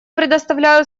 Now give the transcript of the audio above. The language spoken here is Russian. предоставляю